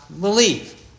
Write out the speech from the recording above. believe